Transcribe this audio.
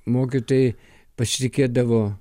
mokytojai pasitikėdavo